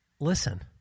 listen